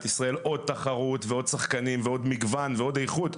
ישראל עוד תחרות ועוד שחקנים ועוד מגוון ועוד איכות.